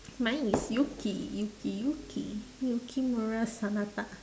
mine is yuki yuki yuki yukimura sanada